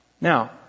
Now